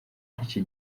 iki